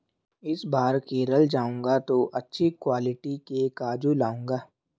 इस बार केरल जाऊंगा तो अच्छी क्वालिटी के काजू लाऊंगा